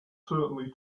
certainly